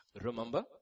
Remember